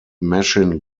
machine